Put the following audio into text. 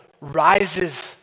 rises